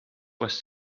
was